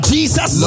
Jesus